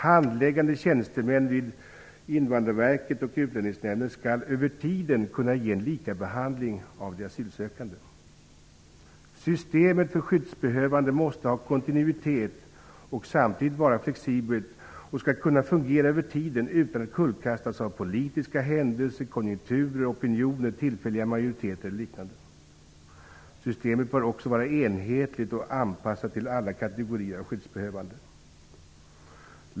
Handläggande tjänstemän vid Invandrarverket och Utlänningsnämnden skall över tiden kunna ge en likvärdig behandling av de asylsökande. Systemet för skyddsbehövande måste ha kontinuitet och samtidigt vara flexibelt, och det skall kunna fungera över tiden utan att kullkastas av politiska händelser, konjunkturer, opinioner, tillfälliga majoriteter eller liknande. Systemet bör också vara enhetligt och anpassat till alla kategorier av skyddsbehövande.